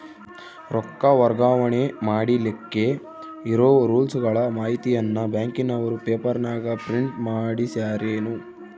ರೊಕ್ಕ ವರ್ಗಾವಣೆ ಮಾಡಿಲಿಕ್ಕೆ ಇರೋ ರೂಲ್ಸುಗಳ ಮಾಹಿತಿಯನ್ನ ಬ್ಯಾಂಕಿನವರು ಪೇಪರನಾಗ ಪ್ರಿಂಟ್ ಮಾಡಿಸ್ಯಾರೇನು?